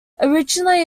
originally